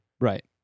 Right